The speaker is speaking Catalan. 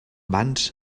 vans